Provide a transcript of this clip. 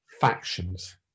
factions